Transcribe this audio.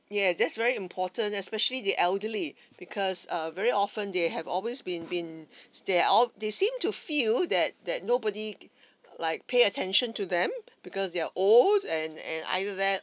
yeah that's very important especially the elderly because uh very often they have always been been they're all they seem to feel that that nobody like pay attention to them because they are old and and either that